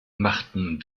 machten